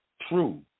true